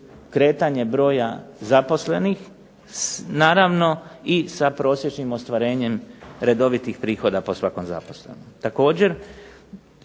kretanje broja zaposlenih, naravno i sa prosječnim ostvarenjem redovitih prihoda po svakom zaposlenom.